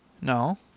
No